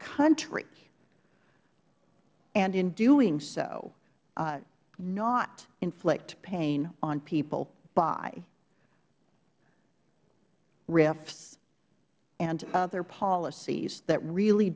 country and in doing so not inflict pain on people by rifs and other policies that really